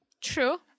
True